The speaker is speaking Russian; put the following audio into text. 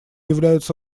являются